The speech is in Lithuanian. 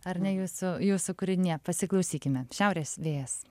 ar ne jūsų jūsų kūrinyje pasiklausykime šiaurės vėjas